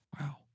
Wow